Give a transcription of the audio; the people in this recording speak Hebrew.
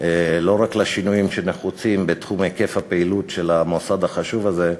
לא רק לשינויים שנחוצים בתחום היקף הפעילות של המוסד החשוב הזה,